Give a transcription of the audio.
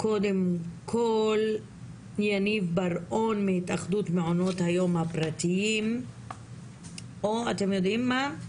קודם כל מיניב בר אור מהתאחדות מעונות היום הפרטיים או אתם יודעים מה?